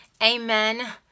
Amen